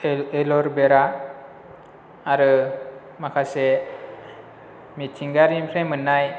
L एल'रभेरा आरो माखासे मिथिंगायारि निफ्राय मोननाय